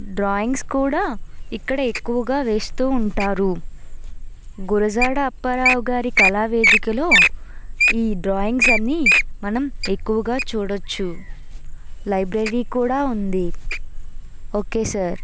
drawings కూడా ఇక్కడే ఎక్కువగా వేస్తూ ఉంటారు గురజాడ అప్పారావు గారి కళావేదికలో ఈ డ్రాయింగ్స్ అన్ని మనం ఎక్కువగా చూడవచ్చు లైబ్రరీ కూడా ఉంది ఒకే సార్